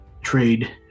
trade